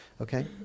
okay